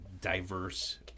diverse